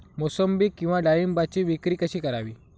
मोसंबी किंवा डाळिंबाची विक्री कशी करावी?